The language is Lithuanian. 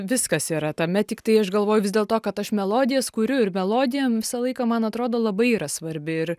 viskas yra tame tiktai aš galvoju vis dėlto kad aš melodijas kuriu ir melodija visą laiką man atrodo labai yra svarbi ir